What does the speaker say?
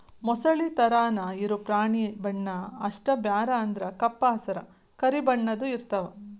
ಮೊಸಳಿ ತರಾನ ಇರು ಪ್ರಾಣಿ ಬಣ್ಣಾ ಅಷ್ಟ ಬ್ಯಾರೆ ಅಂದ್ರ ಕಪ್ಪ ಹಸರ, ಕರಿ ಬಣ್ಣದ್ದು ಇರತಾವ